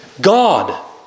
God